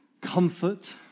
comfort